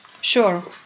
Sure